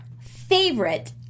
favorite